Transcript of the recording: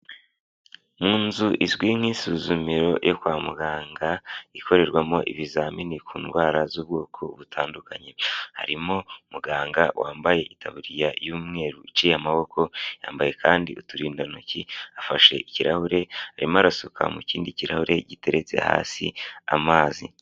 Mu nzu izwi nk'isuzumiro ryo kwa muganga ikorerwamo ibizamini ku ndwara z'ubwoko butandukanye, harimo muganga wambaye itaburiya y'umweru uciye amaboko, yambaye kandi uturindantoki afashe ikirahure arimo arasuka mu kindi kirahure giteretse hasi amazi.